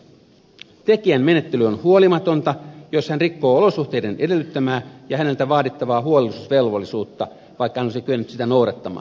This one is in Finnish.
tekijän menettely on huolimatonta jos hän rikkoo olosuhteiden edellyttämää ja häneltä vaadittavaa huolellisuusvelvollisuutta vaikka hän olisi kyennyt sitä noudattamaan